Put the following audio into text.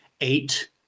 eight